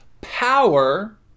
power